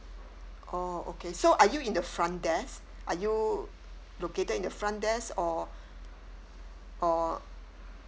orh okay so are you in the front desk are you located in the front desk or or